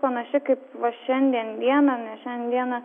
panaši kaip va šiandien dieną nes šiandieną